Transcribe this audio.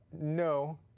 No